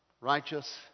righteous